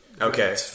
okay